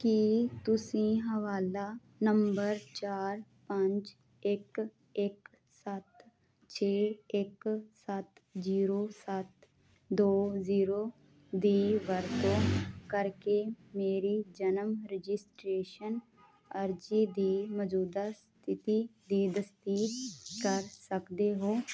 ਕੀ ਤੁਸੀਂ ਹਵਾਲਾ ਨੰਬਰ ਚਾਰ ਪੰਜ ਇੱਕ ਇੱਕ ਸੱਤ ਛੇ ਇੱਕ ਸੱਤ ਜ਼ੀਰੋ ਸੱਤ ਦੋ ਜ਼ੀਰੋ ਦੀ ਵਰਤੋਂ ਕਰਕੇ ਮੇਰੀ ਜਨਮ ਰਜਿਸਟ੍ਰੇਸ਼ਨ ਅਰਜ਼ੀ ਦੀ ਮੌਜੂਦਾ ਸਥਿਤੀ ਦੀ ਤਸਦੀਕ ਕਰ ਸਕਦੇ ਹੋ